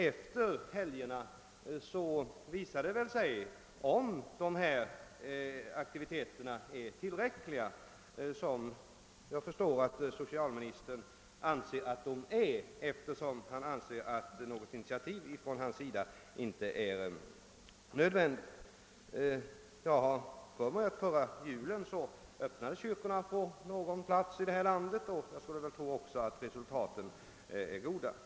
Efter helgerna visar det sig väl, om dessa aktiviteter är tillräckliga. Jag förstår att socialministern anser att så är fallet, eftersom han inte finner något initiativ från sin sida nödvändigt. Efter vad jag minns öppnades kyrkorna under förra julhelgen på någon plats i landet, och jag skulle tro att erfarenheterna därifrån är goda.